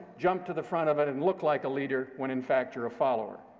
jump to the front of it, and look like a leader, when in fact you're a follower.